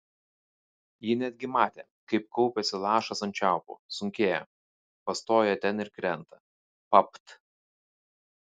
ji netgi matė kaip kaupiasi lašas ant čiaupo sunkėja pastoja ten ir krenta papt